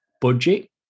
budget